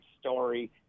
story